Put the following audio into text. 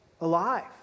alive